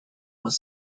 was